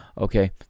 Okay